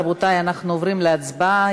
רבותי, אנחנו עוברים להצבעה.